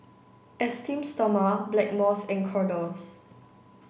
esteem Stoma Blackmores and Kordel's